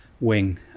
wing